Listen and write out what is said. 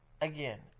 again